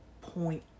point